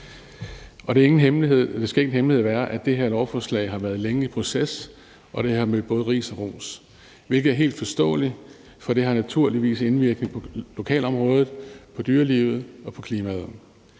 Det skal ingen hemmelighed være, at det her lovforslag har været længe i proces, og det har mødt både ris og ros, hvilket er helt forståeligt, for det har naturligvis indvirkning på lokalområdet, på dyrelivet og på klimaet.